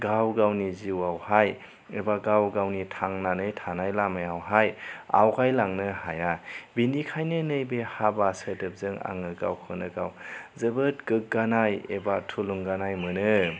गाव गावनि जिउवावहाय एबा गाव गावनि थांनानै थानाय लामायावहाय आवगाय लांनो हाया बेनिखाइनो नैबे हाबा सोदोबजों आङो गावखौनो गाव जोबोद गोग्गानाय एबा थुलुंगानाय मोनो